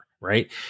right